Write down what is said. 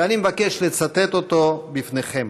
ואני מבקש לצטט אותו בפניכם: